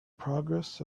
progress